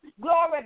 glory